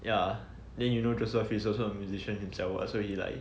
ya then you know joseph is also a musician himself so he like